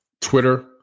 Twitter